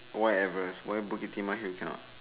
where ever why Bukit-Timah you cannot